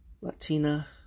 Latina